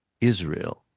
Israel